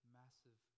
massive